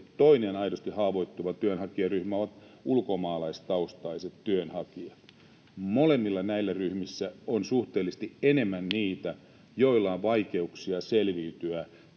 Toinen aidosti haavoittuva työnhakijaryhmä ovat ulkomaalaistaustaiset työnhakijat. Molemmissa näissä ryhmissä on suhteellisesti enemmän niitä, joilla on vaikeuksia selviytyä